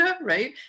right